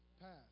past